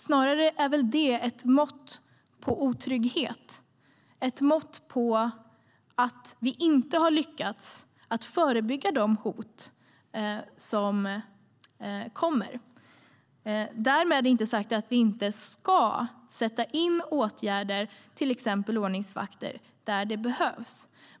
Det är väl snarare ett mått på otrygghet, ett mått på att vi inte har lyckats förebygga de hot som kommer. Därmed är det inte sagt att vi inte ska sätta in åtgärder, till exempel ordningsvakter, där det behövs.